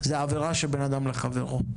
זו עברה שבין אדם וחברו.